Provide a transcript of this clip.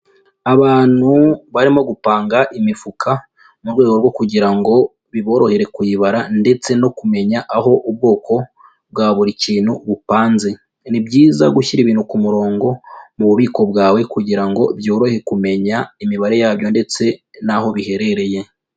Abantu barimo gupanga imifuka mu rwego rwo kugira ngo biborohere kuyibara ndetse no kumenya aho ubwoko bwa buri kintu bupanze, ni byiza gushyira ibintu ku murongo mu bubiko bwawe kugira ngo byoroshye kumenya imibare yabyo ndetse n'aho biherereye.